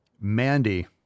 Mandy